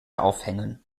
aufhängen